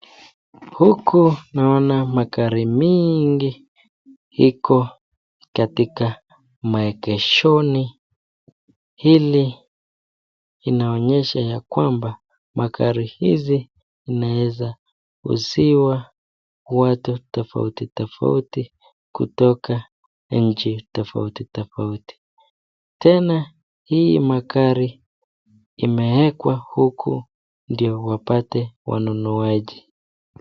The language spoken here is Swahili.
Huku naona magari mingi iko katika maegeshoni hili inaonyesha ya kwamba magari hizi inaweza uziwa watu tofauti tofauti kutoka nchi tofauti tofauti. Tena hii magari imewekwa huku ndio wapate wanunuaji.